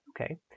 Okay